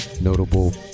notable